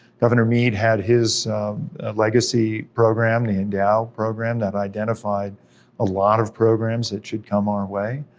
governor mead had his legacy program, the endow program, that identified a lot of programs that should come our way.